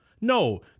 No